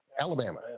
Alabama